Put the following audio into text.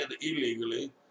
illegally